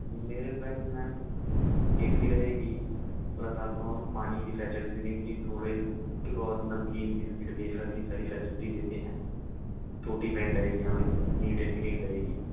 میرے وین میں ma'am AC سی رہے گی تھوڑا سا آپ کو ہم پانی کی فیسیلیٹی دیں گے تھوڑے بہت نمکین بسکٹ ویفر یہ ساری فیسیلیٹی دیتے ہیں چوٹی وین رہے گی ہماری نیٹ اینڈ کلین رہے گی